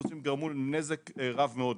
פיצוצים שגרמו לנזק רב מאוד